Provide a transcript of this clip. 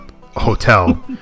Hotel